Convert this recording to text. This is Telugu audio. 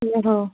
ఓహో